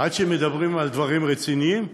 עד שמדברים על דברים רציניים,